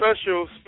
special